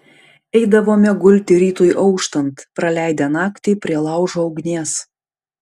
eidavome gulti rytui auštant praleidę naktį prie laužo ugnies